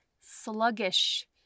sluggish